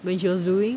when she was doing